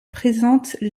présentent